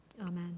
Amen